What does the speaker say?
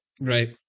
Right